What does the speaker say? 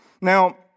Now